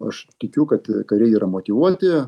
aš tikiu kad kariai yra motyvuoti